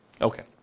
Okay